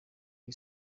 iyi